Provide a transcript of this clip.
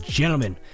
gentlemen